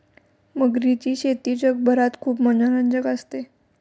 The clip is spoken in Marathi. मगरीची शेती जगभरात खूप मनोरंजक असते